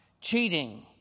Cheating